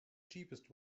cheapest